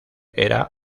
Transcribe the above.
era